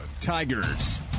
Tigers